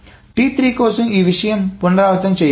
మరియు T3 కోసం ఈ విషయం పునరావృతం చేయాలి